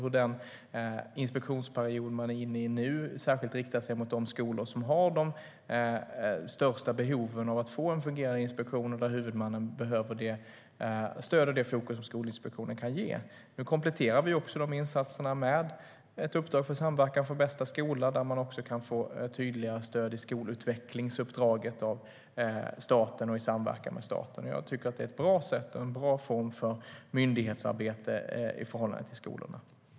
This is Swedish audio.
Under den inspektionsperiod som man är inne i nu riktar man sig särskilt till de skolor som har de största behoven av att få en fungerande inspektion och där huvudmannen behöver det stöd och det fokus som Skolinspektionen kan ge. Nu kompletterar vi också dessa insatser med ett uppdrag för samverkan för bästa skola, där man också kan få tydliga stöd i skolutvecklingsuppdraget av staten och i samverkan med staten. Jag tycker att det är ett bra sätt och en bra form för myndighetsarbete i förhållande till skolorna.